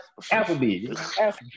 Applebee's